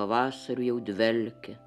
pavasariu jau dvelkia